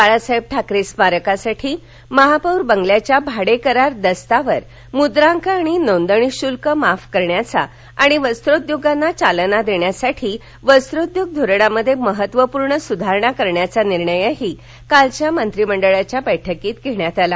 बाळासाहेब ठाकरे स्मारकासाठी महापौर बंगल्याच्या भाडेकरार दस्तावर मुद्रांक आणि नोंदणी शुल्क माफ करण्याचा आणि वस्रोद्योगांना चालना देण्यासाठी वस्रोद्योग धोरणामध्ये महत्त्वपूर्ण सुधारणा करण्याचा निर्णय कालच्या मंत्रिमंडळाच्या बैठकीत घेण्यात आला